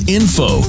info